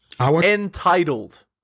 Entitled